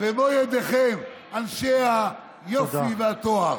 במו ידיכם, אנשי היופי והטוהר.